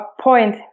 point